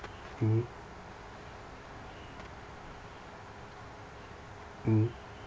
mmhmm mmhmm